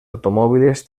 automóviles